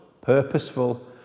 purposeful